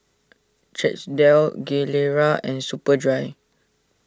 Chesdale Gilera and Superdry